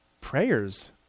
prayers